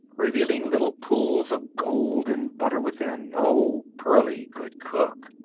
revealing little pools of golden butter within. oh, pearlie could cook!